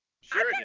sure